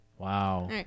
Wow